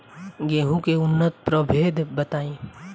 गेंहू के उन्नत प्रभेद बताई?